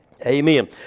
Amen